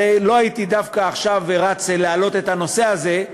אבל לא הייתי דווקא עכשיו רץ להעלות את הנושא הזה,